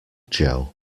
joe